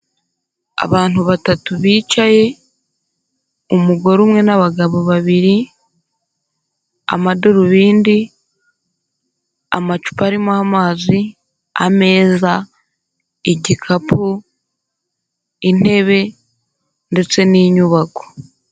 Abantu batatu bicaye, umugore umwe n'abagabo babiri, amadarubindi, amacupa arimo amazi, ameza, igikapu, intebe ndetse n'inyubako.